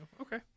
Okay